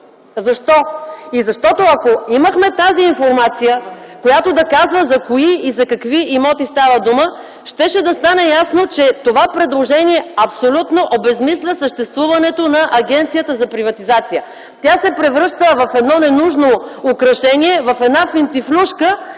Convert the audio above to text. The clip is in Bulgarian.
Защо? Ако имахме тази информация, която да казва за кои и за какви имоти става дума, щеше да стане ясно, че това предложение абсолютно обезсмисля съществуването на Агенцията за приватизация. Тя се превръща в ненужно украшение, в една финтифлюшка,